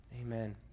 Amen